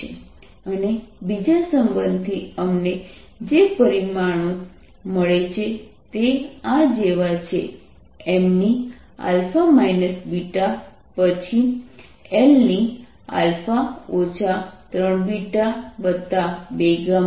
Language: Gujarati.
MT 1Mα β Lα 3β2γδ 4 T 2α3βI 2α2βγ અને બીજા સંબંધથી અમને જે પરિમાણો મળે છે તે આ જેવા છે Mα β પછી Lα 3β2γδ 4